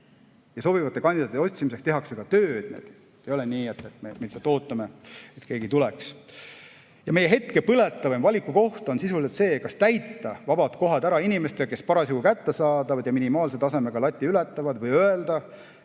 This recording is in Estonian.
ja sobivate kandidaatide otsimiseks tehakse ka tööd. Ei ole nii, et me ootame, et keegi tuleks. Praegu on meie põletavaim valikukoht sisuliselt see, kas täita vabad kohad inimestega, kes parasjagu on kättesaadavad ja minimaalse tasemega lati ületavad, või öelda,